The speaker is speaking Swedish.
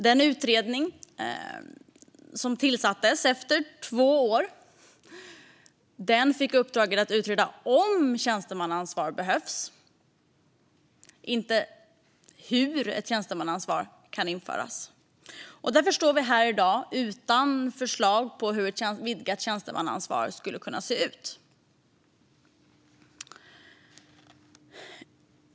Den utredning som tillsattes efter två år fick i uppdrag att utreda om tjänstemannaansvar behövs, inte hur ett sådant kan införas. Därför står vi här i dag utan något förslag på hur ett vidgat tjänstemannaansvar skulle kunna se ut.